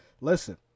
Listen